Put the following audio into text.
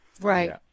right